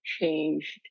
changed